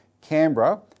Canberra